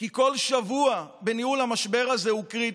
כי כל שבוע בניהול המשבר הזה הוא קריטי.